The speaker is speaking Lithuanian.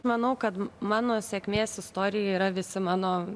manau kad mano sėkmės istorija yra visi mano